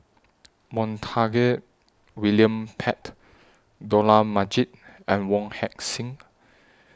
Montague William Pett Dollah Majid and Wong Heck Sing